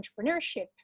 entrepreneurship